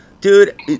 Dude